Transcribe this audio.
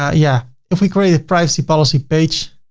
yeah yeah, if we create a privacy policy page,